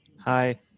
hi